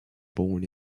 born